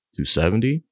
270